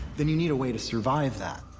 then you need a way to survive that.